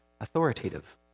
authoritative